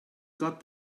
got